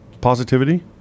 positivity